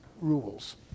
rules